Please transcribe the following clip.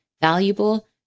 valuable